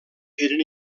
eren